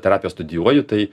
terapiją studijuoju tai